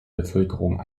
bevölkerung